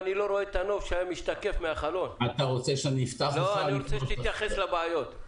רוצה שתתייחס לבעיות.